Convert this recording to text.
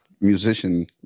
musician